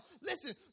listen